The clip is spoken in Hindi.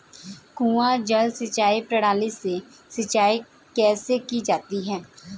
कुआँ जल सिंचाई प्रणाली से सिंचाई कैसे की जाती है?